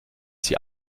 sie